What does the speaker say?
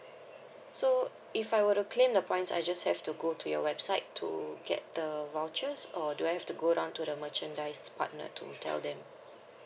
so if I were to claim the points I just have to go to your website to get the vouchers or do I have to go down to the merchandise partner to tell them